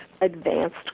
advanced